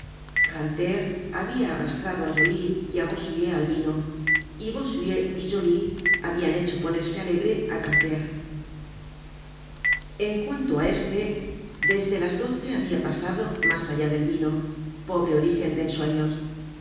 grantaire habia arrastrado á joly y á bossuet al vino y bossuet y joly habian hecho ponerse alegre á grantaire en cuanto á éste desde las doce habia pasado mas allá del vino pobre orígen de ensueños